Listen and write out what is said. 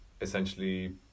essentially